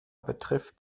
betrifft